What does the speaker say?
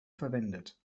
verwendet